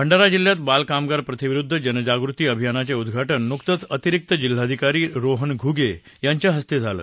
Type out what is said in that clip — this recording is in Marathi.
भंडाऱा जिल्ह्यात बालकामगार प्रथेविरुध्द जनजागृती अभियानाचे उदघाटन नुकतंच अतिरिक्त जिल्हाधिकारी रोहन घुगे यांच्या हस्ते झालं